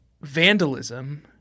Vandalism